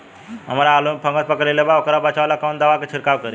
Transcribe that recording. हमरा आलू में फंगस पकड़ लेले बा वोकरा बचाव ला कवन दावा के छिरकाव करी?